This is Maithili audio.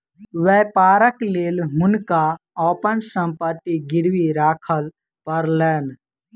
व्यापारक लेल हुनका अपन संपत्ति गिरवी राखअ पड़लैन